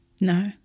No